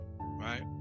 Right